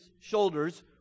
shoulders